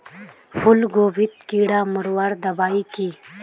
फूलगोभीत कीड़ा मारवार दबाई की?